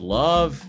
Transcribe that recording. love